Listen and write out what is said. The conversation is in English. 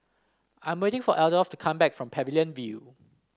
I'm waiting for Adolph to come back from Pavilion View